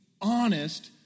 honest